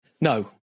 No